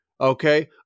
Okay